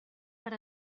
per